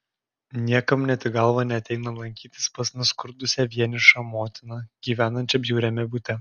niekam net į galvą neateina lankytis pas nuskurdusią vienišą motiną gyvenančią bjauriame bute